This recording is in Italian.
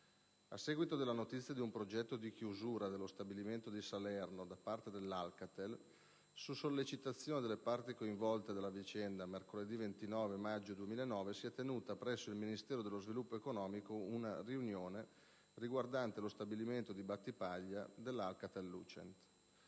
A seguito della notizia di un progetto di chiusura dello stabilimento di Salerno da parte dell'Alcatel, su sollecitazione delle parti coinvolte dalla vicenda, mercoledì 29 maggio 2009 si è tenuta presso il Ministero dello sviluppo economico una riunione riguardante lo stabilimento di Battipaglia dell'Alcatel-Lucent.